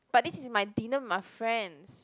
but this is my dinner with my friends